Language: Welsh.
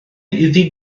iddi